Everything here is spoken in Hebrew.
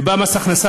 ובא מס הכנסה,